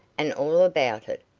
and all about it,